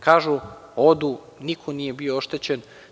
Kažu, odu i niko nije bio oštećen.